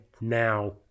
now